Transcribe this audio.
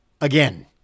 again